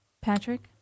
Patrick